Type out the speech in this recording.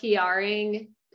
PRing